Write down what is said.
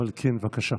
אבל כן, בבקשה.